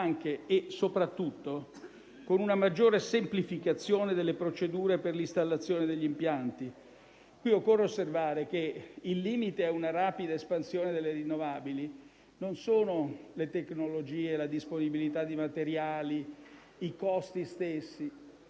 anche e soprattutto con una maggiore semplificazione delle procedure per l'installazione degli impianti. Occorre osservare che il limite ad una rapida espansione delle rinnovabili non sono le tecnologie, la disponibilità di materiali e i costi stessi,